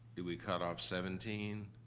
do we cut off seventeen?